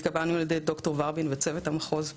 שם התקבלנו בידיים פתוחות על ידי ד״ר ורבין וצוות המחוז.